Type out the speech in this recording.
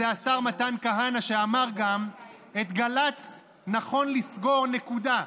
השר מתן כהנא גם אמר: "את גל"צ נכון לסגור נקודה.